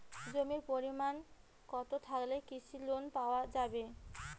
জমির পরিমাণ কতো থাকলে কৃষি লোন পাওয়া যাবে?